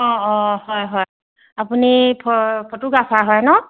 অঁ অঁ হয় হয় আপুনি ফ ফটোগ্ৰাফাৰ হয় নহ্